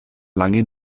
lange